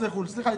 היא צודקת,